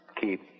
Keep